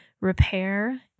repair